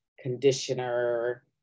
conditioner